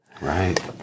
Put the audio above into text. Right